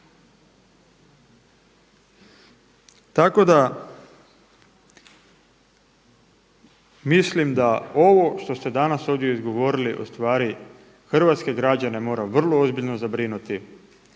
Tako da mislim da ovo što ste danas izgovorili u stvari hrvatske građane mora vrlo ozbiljno zabrinuti.